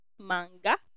Manga